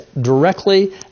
directly